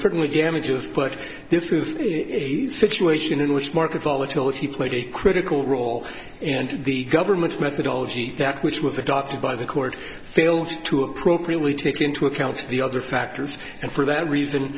certainly damages but this was a situation in which market volatility played a critical role and the government's methodology that which was adopted by the court failed to appropriately take into account the other factors and for that reason